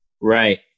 Right